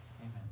Amen